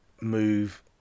move